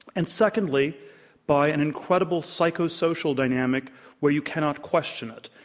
and secondly by an incredible psychosocial dynamic where you cannot question it.